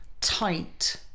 tight